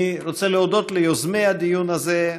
אני רוצה להודות ליוזמי הדיון הזה,